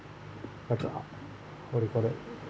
like a uh what did you call that